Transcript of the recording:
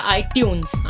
iTunes